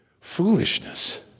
foolishness